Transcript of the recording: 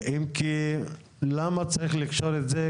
אם כי למה צריך לקשור את זה,